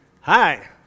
Hi